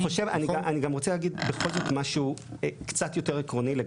אני רוצה להגיד משהו קצת יותר עקרוני.